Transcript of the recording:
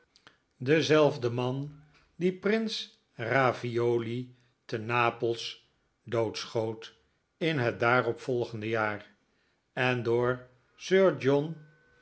dezelfde man die prins ravioli te napels doodf schoot in het daaropvolgende jaar en door sir john